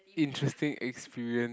interesting experience